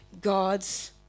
God's